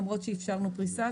למרות שאפשרנו פריסה.